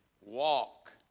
walk